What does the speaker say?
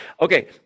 Okay